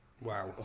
wow